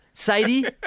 Sadie